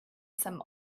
some